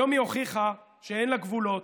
היום היא הוכיחה שאין לה גבולות,